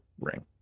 ring